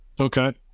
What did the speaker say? Okay